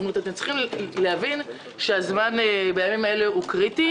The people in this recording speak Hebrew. צריכים להבין שהזמן בימים האלה הוא קריטי.